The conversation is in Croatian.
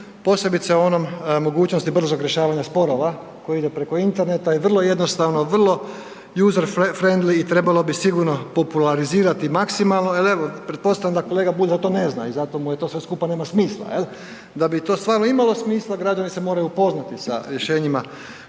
posebice o onom mogućnosti brzog rješavanja sporova koji ide preko Interneta i vrlo jednostavno, vrlo usef frindly i trebali bi sigurno popularizirati maksimalno jel evo pretpostavljam da kolega Bulj to ne zna i zato mu sve to skupa nema smisla jel. Da bi to stvarno imalo smisla građani se moraju upoznati sa rješenjima